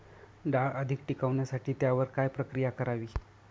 डाळ अधिक टिकवण्यासाठी त्यावर काय प्रक्रिया करावी?